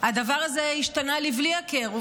הדבר הזה ישתנה לבלי הכר.